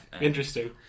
interesting